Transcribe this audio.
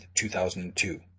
2002